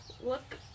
look